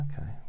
okay